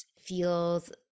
feels